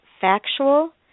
factual